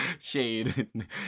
Shade